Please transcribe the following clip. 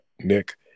Nick